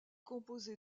composé